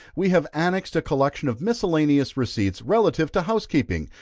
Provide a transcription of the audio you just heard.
we have annexed a collection of miscellaneous receipts relative to housekeeping,